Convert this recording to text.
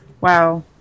Wow